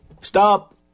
Stop